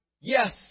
Yes